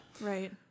right